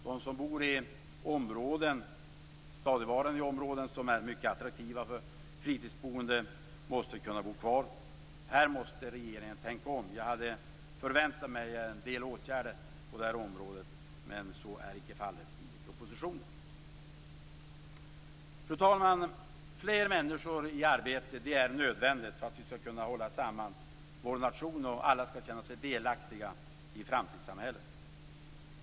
De som stadigvarande bor i områden som är mycket attraktiva för fritidsboende måste kunna bo kvar. Här måste regeringen tänka om. Jag hade förväntat mig en del åtgärder på det här området. Men så är icke fallet i propositionen. Fru talman! Fler människor i arbete är nödvändigt för att vi skall kunna hålla samman vår nation och för att alla skall kunna känna sig delaktiga i framtidssamhället.